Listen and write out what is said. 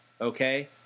okay